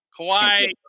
Kawhi